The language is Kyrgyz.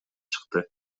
чыкты